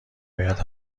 باید